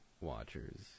watchers